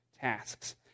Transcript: tasks